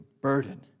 burden